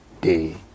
day